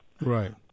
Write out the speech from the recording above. Right